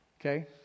okay